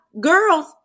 girls